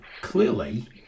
clearly